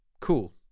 cool